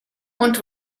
und